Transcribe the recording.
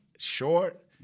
Short